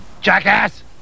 jackass